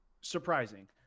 surprising